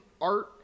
art